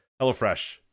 HelloFresh